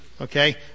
Okay